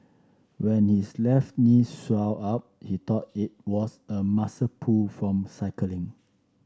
when his left knee swelled up he thought it was a muscle pull from cycling